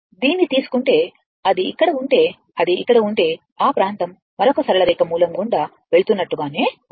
దీన్ని తీసుకుంటే అది ఇక్కడ ఉంటే అది ఇక్కడ ఉంటే ఆ ప్రాంతం మరొక సరళ రేఖ మూలం గుండా వెళుతున్నట్లుగానే ఉంటుంది